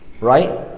right